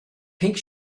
pink